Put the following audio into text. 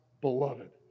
beloved